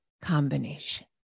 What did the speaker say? combination